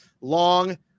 long